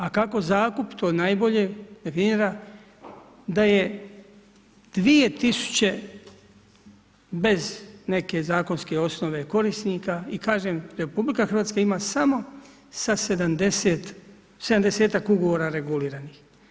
A kako zakup, to najbolje definira da je 2000 bez neke zakonske osnove korisnika i kažem, RH ima samo 70-ak ugovora reguliranih.